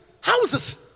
houses